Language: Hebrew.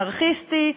אנרכיסטי,